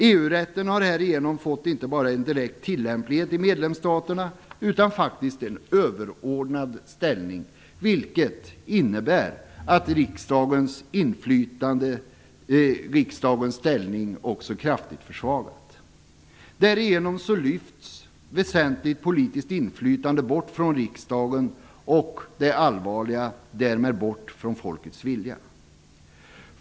EU-rätten har härigenom fått inte bara en direkt tillämplighet i medlemsstaterna utan faktiskt också en överordnad ställning, vilket innebär att riksdagens inflytande och ställning kraftigt försvagas. Därigenom lyfts väsentligt politiskt inflytande bort från riksdagen och därmed - vilket är det allvarliga - bort från folkets vilja.